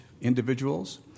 individuals